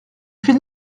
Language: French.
fais